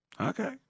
Okay